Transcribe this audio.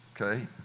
Okay